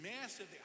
massive